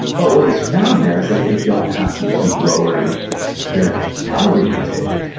but what he's found there is that they don't have to keep lowering their calorie intake,